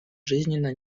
жизненно